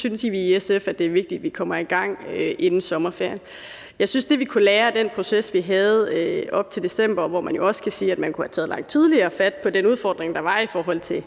synes vi i SF, at det er vigtigt, at vi kommer i gang inden sommerferien. Jeg synes, at det, vi kan lære af den proces, vi havde op til december, hvor man jo også kunne sige, at man langt tidligere kunne have taget fat på den udfordring, der er i forhold til